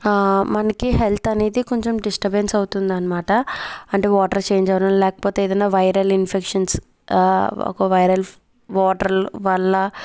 మనకి హెల్త్ అనేది కొంచెం డిస్టబెన్స్ అవుతుందన్నమాట అంటే వాటర్ చేంజ్ అవడం లేకపోతే ఏదైనా వైరల్ ఇన్ఫెక్షన్స్ ఒక వైరల్ వాటర్ వల్ల